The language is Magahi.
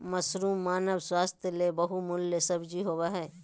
मशरूम मानव स्वास्थ्य ले बहुमूल्य सब्जी होबय हइ